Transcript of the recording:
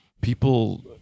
People